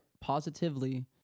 positively